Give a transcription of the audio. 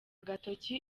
agatoki